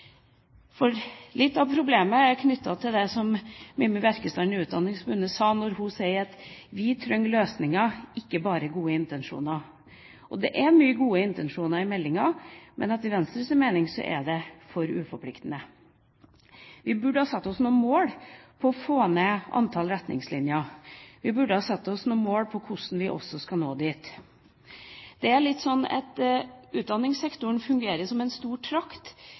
Litt av problemet er knyttet til det Mimi Bjerkestrand i Utdanningsforbundet sa: «Vi trenger løsninger, ikke bare gode intensjoner.» Og det er mange gode intensjoner i meldinga, men etter Venstres mening er det for uforpliktende. Vi burde ha satt oss noen mål for å få ned antall retningslinjer. Vi burde også ha satt oss noen mål for hvordan vi skal nå dit. Det er litt sånn at utdanningssektoren fungerer som en stor trakt